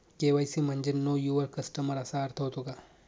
KYC म्हणजे know your customer असा अर्थ होतो का?